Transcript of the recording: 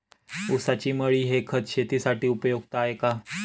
ऊसाची मळी हे खत शेतीसाठी उपयुक्त आहे का?